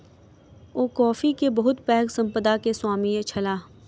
ओ coffee के बहुत पैघ संपदा के स्वामी छलाह